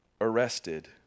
arrested